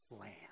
land